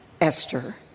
Esther